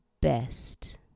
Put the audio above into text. best